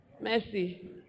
Mercy